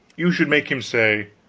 you should make him say,